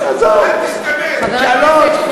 חבר הכנסת פריג',